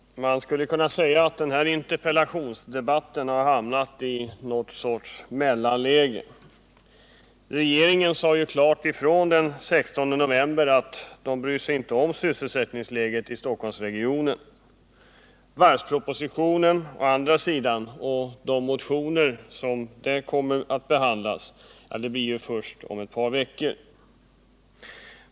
Herr talman! Man skulle kunna säga att den här interpellationsdebatten har hamnat i någon sorts mellanläge. Den 16 november sade ju regeringen klart ifrån, att den inte bryr sig om sysselsättningsläget i Stockholmsregionen. Varvspropositionen och de motioner som har samband med den behandlas däremot först om ett par veckor.